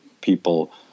people